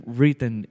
written